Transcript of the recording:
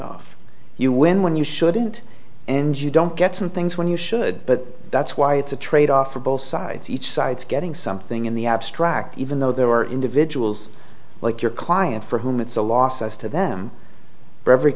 off you win when you shouldn't enjoy you don't get some things when you should but that's why it's a trade off for both sides each side getting something in the abstract even though there were individuals like your client for whom it's a loss as to them for every